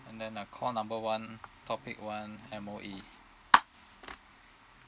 and then uh call number one topic one M_O_E